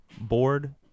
board